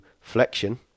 flexion